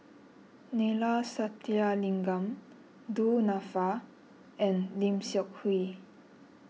Neila Sathyalingam Du Nanfa and Lim Seok Hui